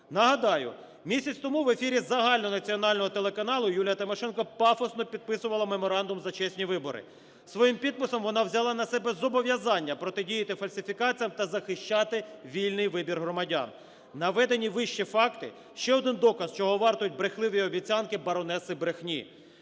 Нагадаю, місяць тому в ефірі загальнонаціонального телеканалу Юлія Тимошенко пафосно підписувала меморандум за чесні вибори. Своїм підписом вона взяла на себе зобов'язання протидіяти фальсифікаціям та захищати вільний вибір громадян. Наведені вище факти – ще один доказ, чого вартують брехливі обіцянки "баронеси брехні".